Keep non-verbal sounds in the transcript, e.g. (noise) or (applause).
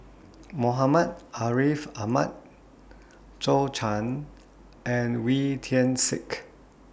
Muhammad Ariff Ahmad Zhou (unintelligible) and Wee Tian Siak